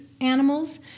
animals